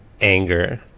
anger